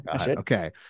okay